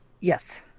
Yes